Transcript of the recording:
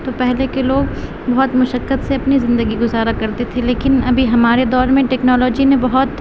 تو پہلے کے لوگ بہت مشقت سے اپنی زندگی گزارا کرتے تھے لیکن ابھی ہمارے دور میں ٹیکنالاجی نے بہت